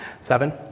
seven